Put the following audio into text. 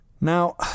Now